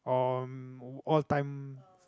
uh all time